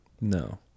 No